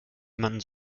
jemanden